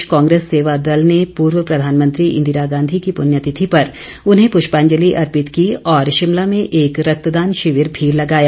प्रदेश कांग्रेस सेवादल ने पूर्व प्रधानमंत्री इंदिरा गांधी की पृण्यतिथि पर उन्हें पृष्यांजलि अर्पित की और शिमला में एक रक्तदान शिविर भी लगाया